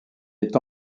est